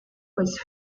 was